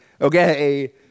okay